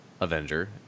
Avenger